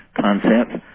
concepts